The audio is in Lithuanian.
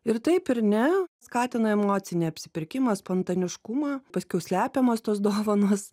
ir taip ir ne skatina emocinį apsipirkimą spontaniškumą paskiau slepiamas tos dovanos